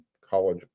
college